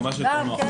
זה יותר נוח.